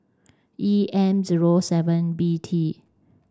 E M zero seven B T